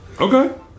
Okay